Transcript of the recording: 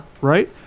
right